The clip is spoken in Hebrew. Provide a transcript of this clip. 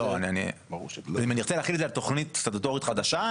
אם אני ארצה להחיל את זה על תוכנית סטטוטורית חדשה,